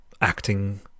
acting